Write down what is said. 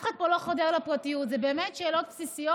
מבטיח באמת את הטיפול המקצועי ביותר